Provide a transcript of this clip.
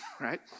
right